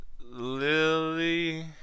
Lily